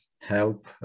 help